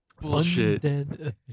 bullshit